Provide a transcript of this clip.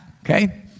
okay